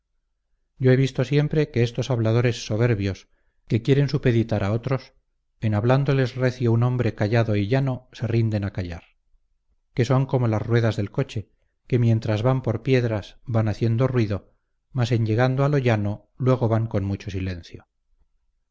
yo he visto siempre que estos habladores soberbios que quieren supeditará otros en hablándoles recio un hombre callado y llano se rinden a callar que son como las ruedas del coche que mientras van por piedras van haciendo ruido mas en llegando a lo llano luego van con mucho silencio